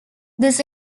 this